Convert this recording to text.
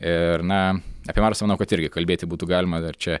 ir na apie marsą manau kad irgi kalbėti būtų galima dar čia